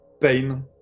Pain